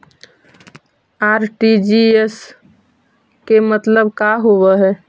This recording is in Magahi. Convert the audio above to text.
आर.टी.जी.एस के मतलब का होव हई?